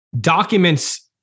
Documents